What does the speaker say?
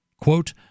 quote